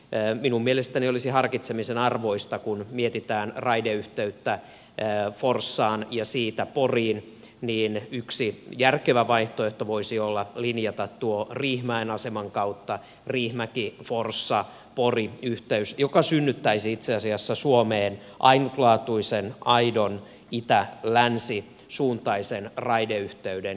käy minun mielestäni olisi pohditaan niin kun mietitään raideyhteyttä forssaan ja siitä poriin niin minun mielestäni olisi harkitsemisen arvoista ja voisi olla yksi järkevä vaihtoehto linjata riihimäen aseman kautta tuo riihimäkiforssapori yhteys joka synnyttäisi itse asiassa suomeen ainutlaatuisen aidon itälänsi suuntaisen raideyhteyden